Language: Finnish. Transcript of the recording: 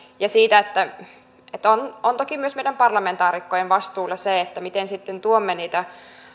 ja siitä että on toki myös meidän parlamentaarikkojen vastuulla se miten sitten tuomme niitä